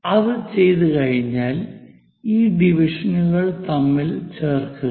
അത് ചെയ്തുകഴിഞ്ഞാൽ ഈ ഡിവിഷനുകൾ തമ്മിൽ ചേർക്കുക